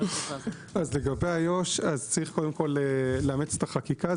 לגבי איו"ש צריך קודם כל לאמץ את החקיקה,